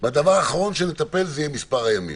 הדבר האחרון שנטפל בו יהיה מספר הימים.